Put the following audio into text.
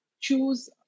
choose